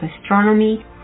astronomy